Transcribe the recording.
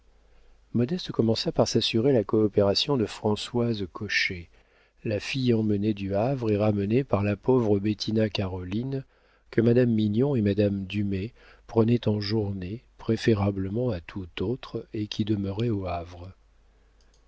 modeste commença par s'assurer la coopération de françoise cochet la fille emmenée du havre et ramenée par la pauvre bettina caroline que madame mignon et madame dumay prenaient en journée préférablement à toute autre et qui demeurait au havre